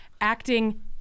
acting